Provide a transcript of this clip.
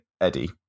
Eddie